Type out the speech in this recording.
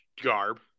Garb